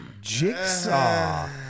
Jigsaw